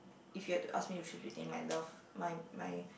if you had to ask me to choose between my love my my